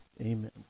amen